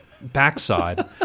backside